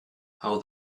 how